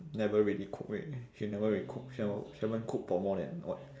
never really cook already she never really cook she never she haven't cooked for more than what